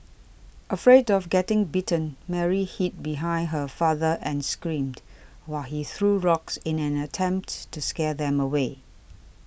afraid of getting bitten Mary hid behind her father and screamed while he threw rocks in an attempt to scare them away